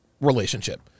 relationship